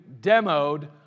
demoed